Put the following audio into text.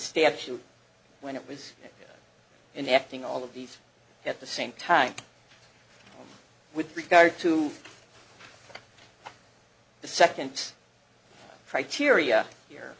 statute when it was in acting all of these at the same time with regard to the second's criteria here